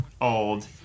old